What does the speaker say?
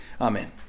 Amen